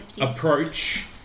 approach